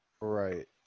Right